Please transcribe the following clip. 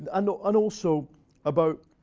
and and also about